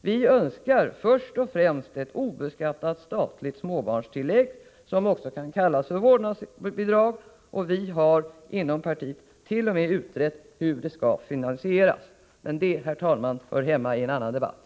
Vi önskar först och främst ett obeskattat statligt småbarnstillägg, som också kan kallas vårdnadsbidrag, och vi har inom partiet t.o.m. utrett hur det skall finansieras. Men det, herr talman, hör hemma i en annan debatt.